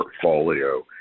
portfolio